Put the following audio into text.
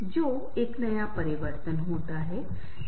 इस तरह का रिश्ता भी होता है जिसमें वे आनंद लेते हैं